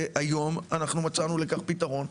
היום אנחנו מצאנו לכך פתרון,